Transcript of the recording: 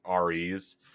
REs